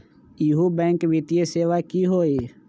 इहु बैंक वित्तीय सेवा की होई?